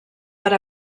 per